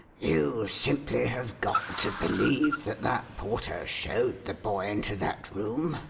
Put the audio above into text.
you simply have got to believe that that porter showed the boy into that room,